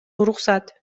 уруксат